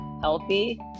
healthy